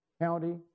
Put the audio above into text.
county